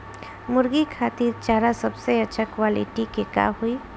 मुर्गी खातिर चारा सबसे अच्छा क्वालिटी के का होई?